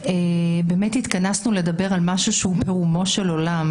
באמת התכנסנו לדבר על משהו שהוא ברומו של עולם,